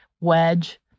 wedge